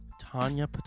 Tanya